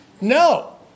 no